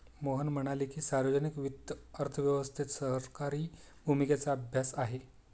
मोहन म्हणाले की, सार्वजनिक वित्त अर्थव्यवस्थेत सरकारी भूमिकेचा अभ्यास आहे